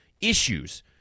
issues